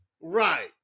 right